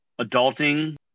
adulting